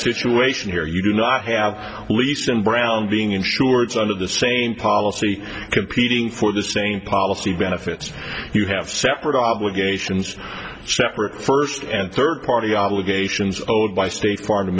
situation here you do not have a lease in brown being insurance under the same policy competing for the same policy benefits you have separate obligations separate first and third party obligations owed by state far